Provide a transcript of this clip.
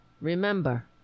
Remember